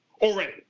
Already